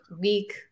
week